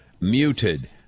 muted